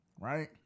Right